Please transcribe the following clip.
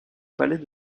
palais